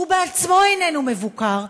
שהוא בעצמו איננו מבוקר,